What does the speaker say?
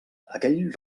aquell